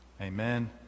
amen